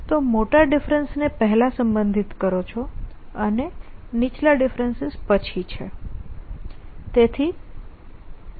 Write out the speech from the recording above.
તમે મોટા ડિફરેન્સ ને પહેલા સંબોધિત કરો છો અને નીચલા ડિફરેન્સ પછી છે